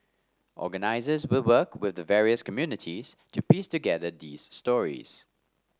organisers will work with the various communities to piece together these stories